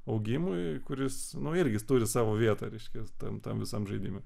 augimui kuris irgi turi savo vietą reiškia tam tam visam žaidime